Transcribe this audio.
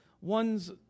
one's